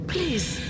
Please